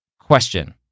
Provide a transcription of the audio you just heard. question